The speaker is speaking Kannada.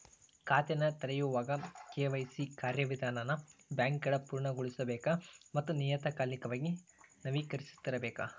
ಖಾತೆನ ತೆರೆಯೋವಾಗ ಕೆ.ವಾಯ್.ಸಿ ಕಾರ್ಯವಿಧಾನನ ಬ್ಯಾಂಕ್ಗಳ ಪೂರ್ಣಗೊಳಿಸಬೇಕ ಮತ್ತ ನಿಯತಕಾಲಿಕವಾಗಿ ನವೇಕರಿಸ್ತಿರಬೇಕ